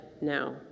now